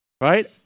right